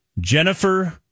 Jennifer